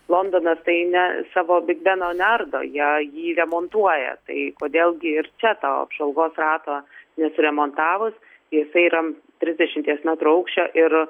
londonas tai ne savo big beno neardo jie jį remontuoja tai kodėl gi ir čia tą apžvalgos rato nesuremontavus jisai yra trisdešimties metrų aukščio ir